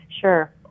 Sure